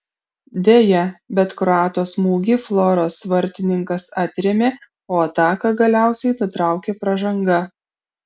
deja bet kroato smūgį floros vartininkas atrėmė o ataką galiausiai nutraukė pražanga